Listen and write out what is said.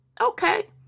okay